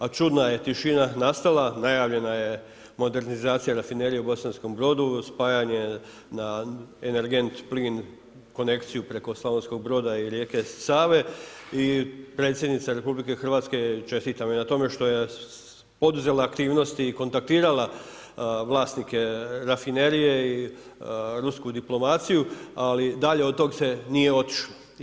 A čudna je tišina nastala najavljena je modernizacija Rafinerije u Bosanskom Brodu, spajanje na energent plin konekciju preko Slavonskog Broda i rijeke Save i predsjednica RH, čestitam joj na tome što je poduzela aktivnosti i kontaktirala vlasnike rafinerije i rusku diplomaciju, ali dalje od toga se nije otišlo.